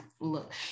look